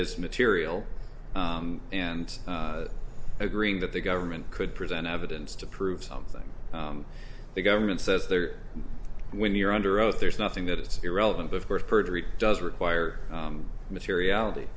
is material and agreeing that the government could present evidence to prove something the government says they're when you're under oath there's nothing that is irrelevant of course perjury does require materiality